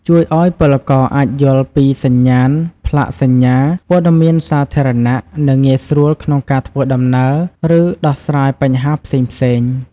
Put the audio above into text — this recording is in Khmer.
ជួយឱ្យពលករអាចយល់ពីសញ្ញាណ ផ្លាកសញ្ញា ព័ត៌មានសាធារណៈ និងងាយស្រួលក្នុងការធ្វើដំណើរ ឬដោះស្រាយបញ្ហាផ្សេងៗ។